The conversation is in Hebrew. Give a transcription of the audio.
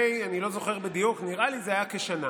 לא זוכר בדיוק, נדמה לי שזה היה לפני כשנה,